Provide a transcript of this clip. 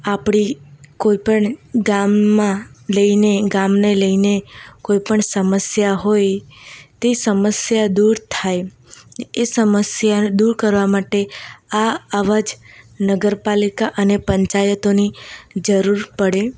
આપણી કોઇપણ ગામમાં લઈને ગામને લઈને કોઈપણ સમસ્યા હોય તે સમસ્યા દૂર થાય ને એ સમસ્યા દૂર કરવા માટે આ આવા જ નગરપાલિકા અને પંચાયતોની જરૂર પડે